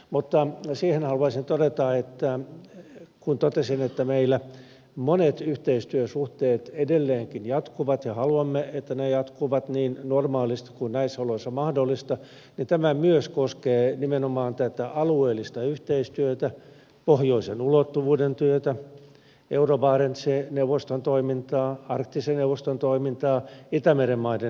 mutta siihen haluaisin todeta että kun totesin että meillä monet yhteistyösuhteet edelleenkin jatkuvat ja haluamme että ne jatkuvat niin normaalisti kuin näissä oloissa on mahdollista niin tämä myös koskee nimenomaan alueellista yhteistyötä pohjoisen ulottuvuuden työtä euro barents neuvoston toimintaa arktisen neuvoston toimintaa itämeren maiden neuvoston toimintaa